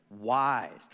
Wise